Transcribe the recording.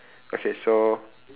okay so